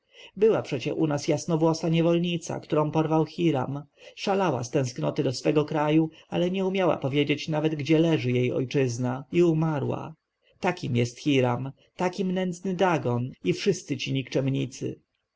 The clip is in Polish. była przecie u nas jasnowłosa niewolnica którą porwał hiram szalała z tęsknoty do swego kraju ale nie umiała powiedzieć nawet gdzie leży jej ojczyzna i umarła takim jest hiram takim nędzny dagon i wszyscy ci nikczemnicy